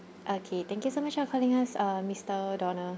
okay thank you so much for calling us uh mister donald